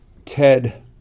Ted